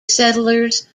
settlers